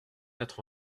quatre